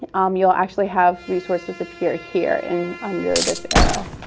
um you'll actually have resources appear here and under this arrow.